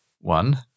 One